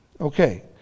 Okay